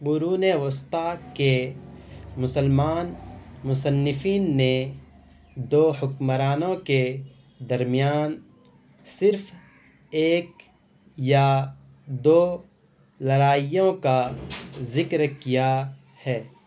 قرون وسطیٰ کے مسلمان مصنفین نے دو حکمرانوں کے درمیان صرف ایک یا دو لڑائیوں کا ذکر کیا ہے